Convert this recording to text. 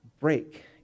break